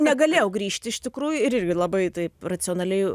negalėjau grįžti iš tikrųjų ir irgi labai taip racionaliai